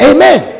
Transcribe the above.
Amen